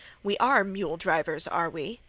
we are mule drivers, are we?